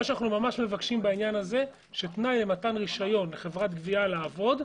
אנחנו מבקשים בעניין שתנאי למתן רשיון לחברת גבייה לעבוד,